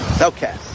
Okay